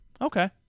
Okay